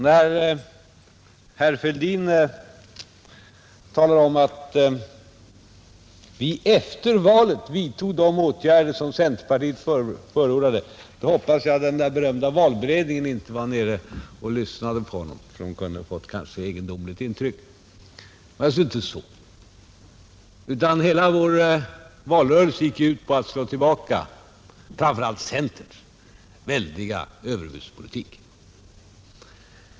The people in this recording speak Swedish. När herr Fälldin talar om att vi efter valet vidtog de åtgärder som centerpartiet förordat, så hoppas jag att den där berömda valberedningen inte var nere och lyssnade på honom; man kunde kanske då ha fått ett egendomligt intryck av honom. I själva verket gick hela vår valrörelse ut på att slå tillbaka framför allt centerns väldiga överbudspolitik.